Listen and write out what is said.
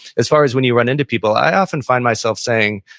as far as when you run into people, i often find myself saying,